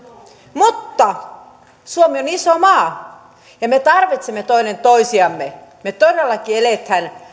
mutta suomi on iso maa ja me tarvitsemme toisiamme me todellakin